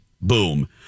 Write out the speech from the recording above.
boom